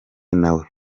nawe